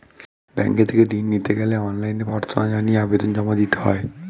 bank থেকে ঋণ নিতে গেলে অনলাইনে প্রার্থনা জানিয়ে আবেদন জমা দিতে হয়